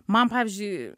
man pavyzdžiui